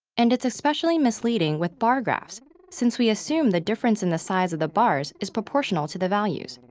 and it's especially misleading with bar graphs since we assume the difference in the size of the bars is proportional to the values.